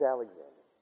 Alexander